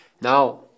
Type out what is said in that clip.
Now